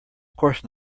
course